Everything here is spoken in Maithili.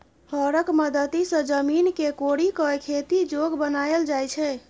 हरक मदति सँ जमीन केँ कोरि कए खेती जोग बनाएल जाइ छै